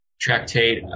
tractate